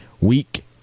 week